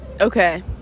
Okay